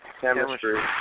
Chemistry